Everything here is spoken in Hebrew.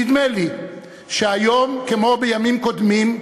נדמה לי שהיום, כמו בימים קודמים,